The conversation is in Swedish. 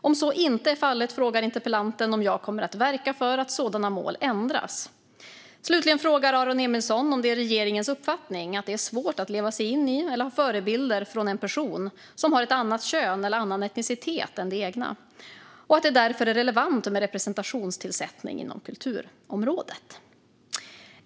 Om så inte är fallet frågar interpellanten om jag kommer att verka för att sådana mål ändras. Slutligen frågar Aron Emilsson om det är regeringens uppfattning att det är svårt att leva sig in i eller ha som förebild en person som har ett annat kön än det egna eller en annan etnicitet än den egna och att det därför är relevant med representationstillsättning inom kulturområdet.